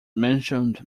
mentioned